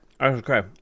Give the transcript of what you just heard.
Okay